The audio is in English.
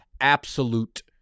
absolute